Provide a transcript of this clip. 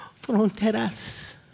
fronteras